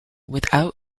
without